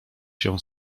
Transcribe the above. się